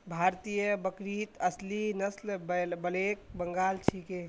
भारतीय बकरीत असली नस्ल ब्लैक बंगाल छिके